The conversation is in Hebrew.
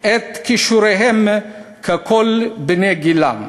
את כישוריהם ככל בני גילם.